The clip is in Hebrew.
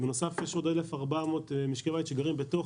בנוסף יש עוד 1,400 משקי בית שגרים בתוך